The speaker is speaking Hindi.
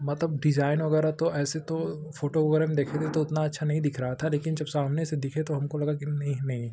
मतलब डिज़ाइन वगैरह तो ऐसे तो फोटो वगैरह में देखे थे तो उतना अच्छा नहीं दिख रहा था लेकिन जब सामने से दिखे तो हमको लगा कि नहीं नहीं